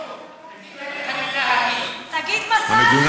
תגיד להם את המילה,